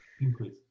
Increase